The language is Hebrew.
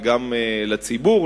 וגם לציבור,